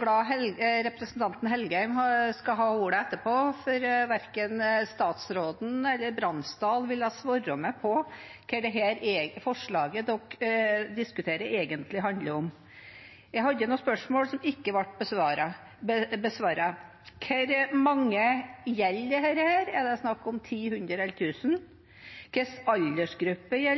glad for at representanten Engen-Helgheim skal ha ordet etterpå, for verken statsråden eller representanten Bransdal ville svare meg på hva dette forslaget de diskuterer, egentlig handler om. Jeg hadde noen spørsmål som ikke ble besvart. Hvor mange gjelder dette? Er det snakk om 10, 100 eller 1 000? Hva slags aldersgruppe gjelder